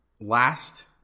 Last